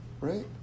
right